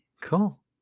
Cool